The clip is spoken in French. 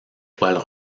poils